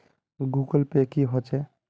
Google Pay की होचे?